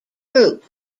group